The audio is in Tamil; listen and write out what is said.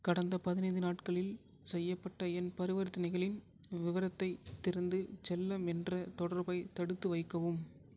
கடந்த பதினைந்து நாட்களில் செய்யப்பட்ட என் பரிவர்த்தனைகளின் விவரத்தைத் திறந்து செல்லம் என்ற தொடர்பை தடுத்துவைக்கவும்